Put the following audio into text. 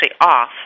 off